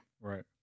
Right